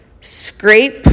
scrape